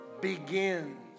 begins